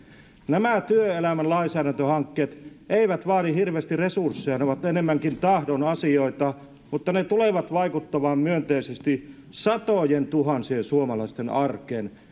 nämä työelämän lainsäädäntöhankkeet eivät vaadi hirveästi resursseja ne ovat enemmänkin tahdon asioita mutta ne tulevat vaikuttamaan myönteisesti satojentuhansien suomalaisten arkeen